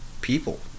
people